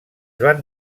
van